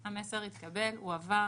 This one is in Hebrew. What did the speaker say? המסר התקבל והועבר.